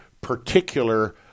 particular